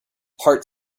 part